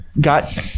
got